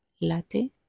latte